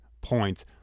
points